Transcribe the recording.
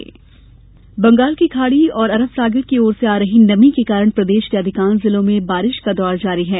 मौसम बंगाल की खाड़ी और अरब सागर की ओर से आ रही नमी के कारण प्रदेश के अधिकांश जिलों में बारिश का दौर जारी है